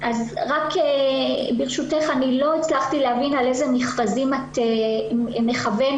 לא הצלחתי להבין לאיזה מכרזים את מכוונת.